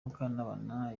mukantabana